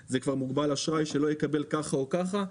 זה כבר מוגבל אשראי שלא יקבל ככה או ככה.